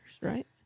right